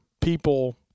people